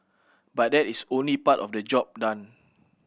but that is only part of the job done